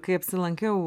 kai apsilankiau